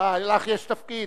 הא, לך יש תפקיד?